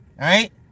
right